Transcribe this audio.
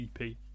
EP